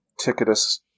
Ticketus